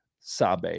Sabe